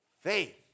Faith